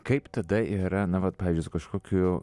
kaip tada yra na vat pavyzdžiui su kažkokiu